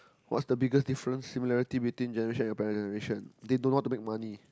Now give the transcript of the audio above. what's the biggest difference similarity between generation and your parent's generation they don't know how to make money